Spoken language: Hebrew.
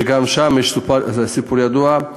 וזה סיפור ידוע,